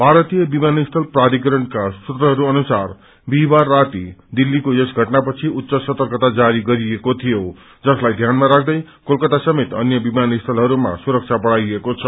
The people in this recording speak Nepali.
भारतीय विमानस्थल प्राधिकरणका सूत्रहरू अनुसार बिहीबार राति दिल्लीको यस घटनापछि उच्च सतर्कता जारी गरिएको थियो जसलाई ध्यानमा राख्दै कोलकाता समेत अन्य विमानस्थलहरूमा सुरक्षा बढ़ाइएको छ